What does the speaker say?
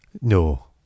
No